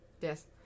Yes